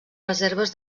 reserves